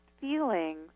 feelings